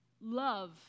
Love